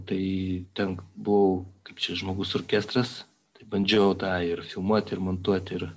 tai ten buvau kaip čia žmogus orkestras tai bandžiau tą ir filmuoti ir montuoti ir